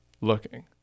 looking